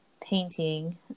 painting